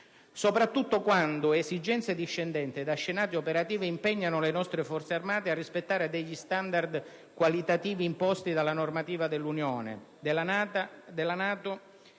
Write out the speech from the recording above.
Soprattutto quando esigenze discendenti da scenari operativi impegnano le nostre Forze armate a rispettare standard qualitativi imposti dalla normativa dell'Unione europea, dalla NATO